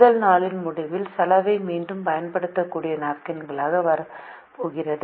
முதல் நாளின் முடிவில் சலவை மீண்டும் பயன்படுத்தக்கூடிய நாப்கின்களாக வரப்போகிறது